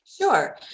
Sure